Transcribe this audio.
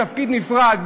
תפקיד נפרד,